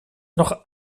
noch